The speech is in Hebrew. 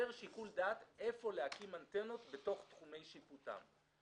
שיקול דעת איפה להקים אנטנות בתוך תחומי שיפוטן.